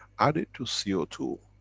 add it to c o two